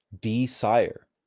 desire